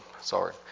sorry